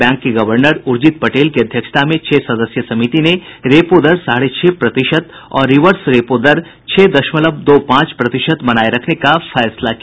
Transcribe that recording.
bank के governor Urjit Patel की अध्यक्षता में छह सदस्यीय समिति ने रेपो दर साढे छह प्रतिशत तथा रिवर्स रेपो दर छह दशमलव दो पांच प्रतिशत बनाए रखने का फैसला किया